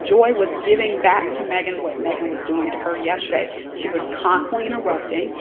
joy was giving back to megan what megan was doing to her yesterday? she was constantly interrupting,